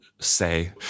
say